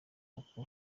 koko